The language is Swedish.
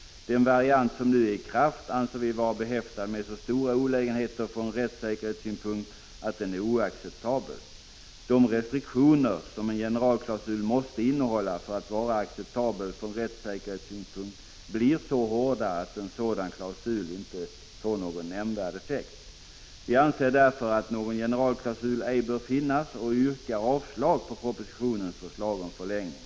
Den variant som nu är i kraft anser vi vara behäftad med så stora olägenheter från rättssäkerhetssynpunkt att den är oacceptabel. De restriktioner som en generalklausul måste innehålla för att vara acceptabel från rättssäkerhetssynpunkt blir så hårda att en sådan generalklausul inte får någon nämnvärd effekt. Vi anser därför att någon generalklausul ej bör finnas och yrkar avslag på propositionens förslag om förlängning.